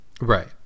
right